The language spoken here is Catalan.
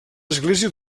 església